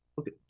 Okay